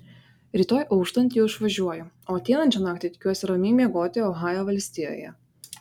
rytoj auštant jau išvažiuoju o ateinančią naktį tikiuosi ramiai miegoti ohajo valstijoje